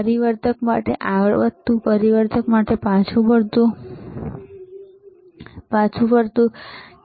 પરિવર્તક માટે આગળ વધતુ પરિવર્તક કે પાછા ફરતા પરિવર્તક